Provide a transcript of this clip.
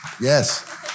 Yes